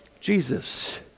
Jesus